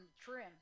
trim